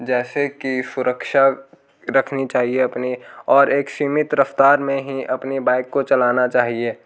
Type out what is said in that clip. जैसे कि सुरक्षा रखनी चाहिए अपनी और एक सीमित रफ़्तार में ही अपनी बाइक को चलाना चाहिए